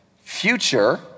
future